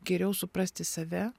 geriau suprasti save